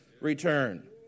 return